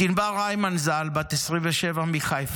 בבקשה, את ענבר הימן ז"ל, בת 27 מחיפה,